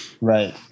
Right